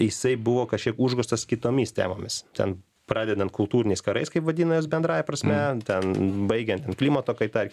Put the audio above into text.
jisai buvo kažkiek užgožtas kitomis temomis ten pradedant kultūriniais karais kaip vadinas bendrąja prasme ten baigiant ten klimato kaita